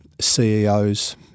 CEOs